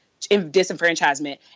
disenfranchisement